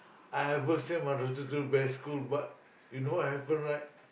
I almost send my daughter to best school but you know what happen right